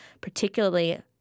particularly